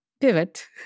pivot